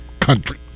country